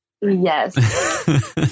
Yes